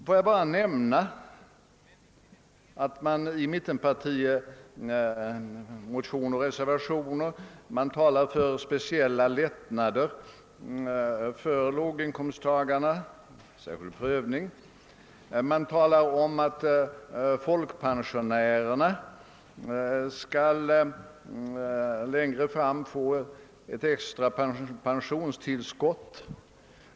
Låt mig bara nämna att man i motioner och reservationer från mittenpartierna talar för speciella lättnader åt låginkomsttagarna efter särskild prövning. Man talar om att folkpensionärerna genom beslut nästa år skall få ett extra pensionstillskott.